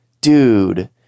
dude